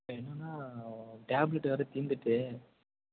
இப்போ என்னன்னா டேப்லெட் வேறு தீர்ந்துட்டு